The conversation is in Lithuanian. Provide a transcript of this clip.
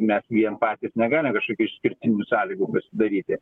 mes vien patys negalim kažkokių išskirtinių sąlygų daryti